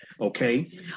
Okay